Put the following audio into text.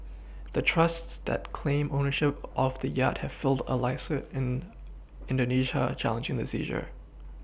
the trusts that claim ownership of the yacht have filed a lawsuit in indonesia challenging the seizure